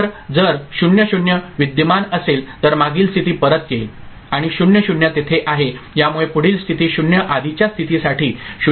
तर जर 0 0 विद्यमान असेल तर मागील स्थिती परत येईल आणि 0 0 तेथे आहे यामुळे पुढील स्थिती 0 आधीच्या स्थितीसाठी 0 असेल